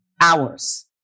hours